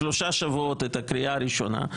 בשלושה שבועות את הקריאה הראשונה,